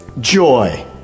joy